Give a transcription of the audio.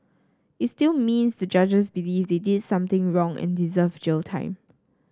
it still means the judges believe they did something wrong and deserve jail time